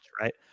right